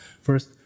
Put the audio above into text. First